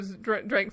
drank